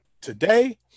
today